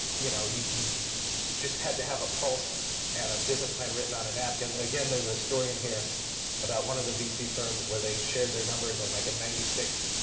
you know you just had to have a pulse and a business plan written on a napkin. again, there's a story in here about one of the vc firms where they shared their numbers and like in ninety six,